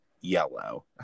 yellow